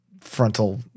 frontal